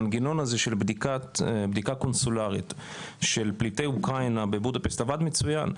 המנגנון הזה של בדיקה קונסולרית של פליטי אוקראינה עבד בבודפשט מצוין.